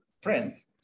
Friends